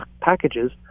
packages